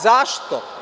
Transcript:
Zašto